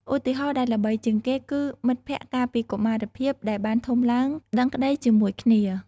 ឧទាហរណ៍ដែលល្បីជាងគេគឺមិត្តភក្តិកាលពីកុមារភាព ដែលបានធំដឹងក្តីជាមួយគ្នា។